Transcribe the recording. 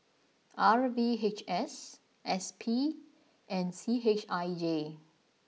R V H S S P and C H I J